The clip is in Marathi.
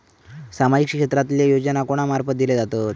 सामाजिक क्षेत्रांतले योजना कोणा मार्फत दिले जातत?